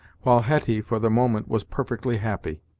while hetty for the moment was perfectly happy.